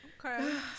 Okay